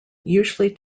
usually